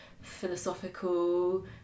philosophical